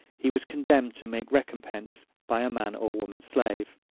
he was condemned to make recompense by a man or woman slave.